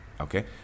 okay